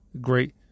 great